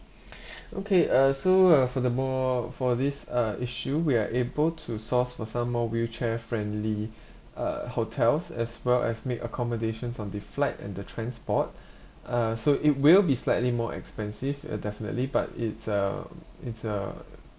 okay uh so uh for the more for this uh issue we are able to source for some more wheelchair friendly uh hotels as well as make accommodations on the flight and the transport uh so it will be slightly more expensive uh definitely but it's uh it's uh